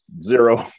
zero